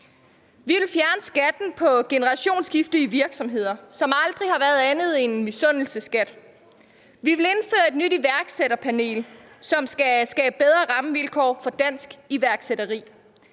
Vi vil fjerne skatten på generationsskifte i virksomheder, som aldrig har været andet end en misundelsesskat. Vi vil indføre et nyt iværksætterpanel, som skal skabe bedre rammevilkår for dansk iværksætteri.